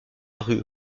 rue